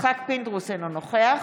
יצחק פינדרוס, אינו נוכח